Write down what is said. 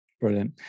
Brilliant